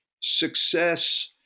success